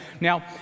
Now